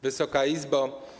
Wysoka Izbo!